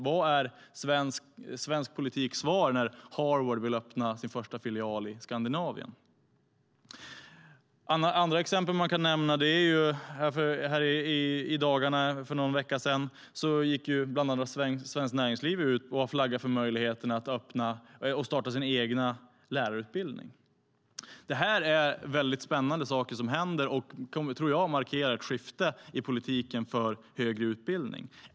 Vad blir svensk politiks svar när Harvard vill öppna sin första filial i Skandinavien? Andra exempel man kan nämna är att Svenskt Näringsliv för någon vecka sedan flaggade för möjligheten att starta en egen lärarutbildning. Det är väldigt spännande saker som händer, och jag tror att de markerar ett skifte i politiken för högre utbildning.